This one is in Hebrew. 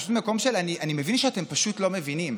זה פשוט מקום שאני מבין שאתם פשוט לא מבינים,